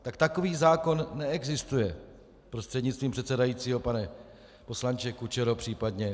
Tak takový zákon neexistuje, prostřednictvím předsedajícího pane poslanče Kučero, příp. ostatní.